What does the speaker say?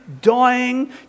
dying